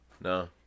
No